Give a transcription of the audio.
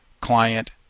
client